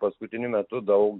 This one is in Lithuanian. paskutiniu metu daug